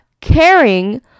caring